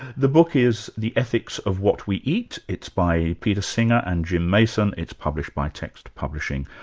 the book is the ethics of what we eat, it's by peter singer and jim mason, it's published by text publishing.